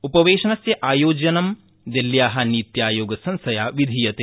उपवेशनस्य आयोजनं दिल्ल्या नीत्यायोगसंस्थया विधीयते